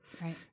right